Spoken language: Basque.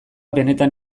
benetan